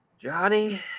Johnny